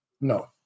No